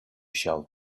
shall